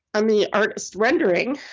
um the artist's rendering,